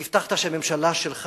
והבטחת שהממשלה שלך